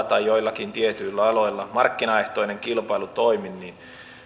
tai joillakin tietyillä aloilla markkinaehtoinen kilpailu toimi niin